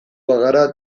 bagara